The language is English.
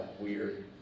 weird